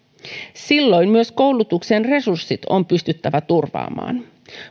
silloin myös koulutuksen resurssit on pystyttävä turvaamaan